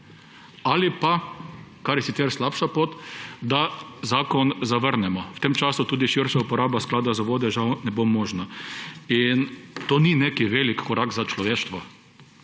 ali pa, kar je sicer slabša pot, da zakon zavrnemo. V tem času tudi širša uporaba Sklada za vode žal ne bo možna. To ni nek velik korak za človeštvo,